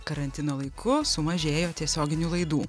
karantino laiku sumažėjo tiesioginių laidų